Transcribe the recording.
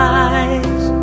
eyes